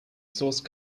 source